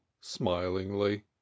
smilingly